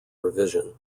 revision